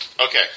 Okay